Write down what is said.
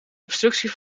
obstructie